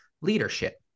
leadership